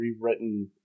rewritten